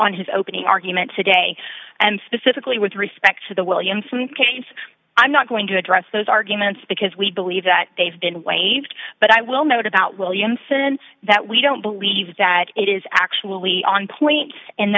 on his opening argument today and specifically with respect to the williamson case i'm not going to address those arguments because we believe that they've been waived but i will note about williamson that we don't believe that it is actually on point and